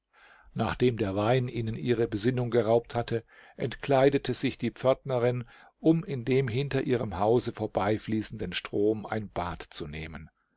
nachdem der wein ihnen ihre besinnung geraubt hatte entkleidete sich die pförtnerin um in dem hinter ihrem hause vorbeifließenden strom ein bad zu nehmen